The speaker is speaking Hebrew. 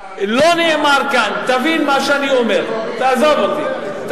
למה רק האזרחים הערבים,